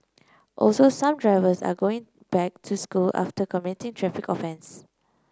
also some drivers are going back to school after committing traffic offence